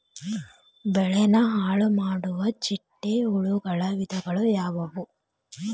ಬೆಳೆನ ಹಾಳುಮಾಡುವ ಚಿಟ್ಟೆ ಹುಳುಗಳ ವಿಧಗಳು ಯಾವವು?